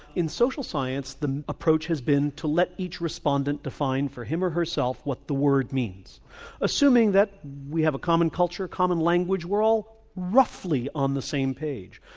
in social science the approach has been to let each respondent define for him or herself what the world means assuming that we have a common culture, a common language we're all roughly on the same page.